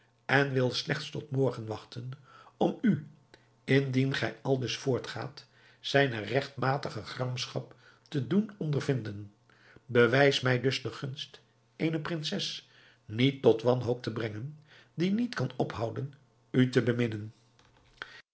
en wil slechts tot morgen wachten om u indien gij aldus voortgaat zijne rechtmatige gramschap te doen ondervinden bewijs mij dus de gunst eene prinses niet tot wanhoop te brengen die niet kan ophouden u te